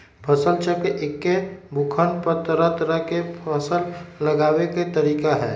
फसल चक्र एक्के भूखंड पर तरह तरह के फसल लगावे के तरीका हए